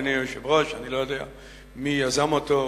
אני לא יודע מי יזם אותו.